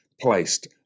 placed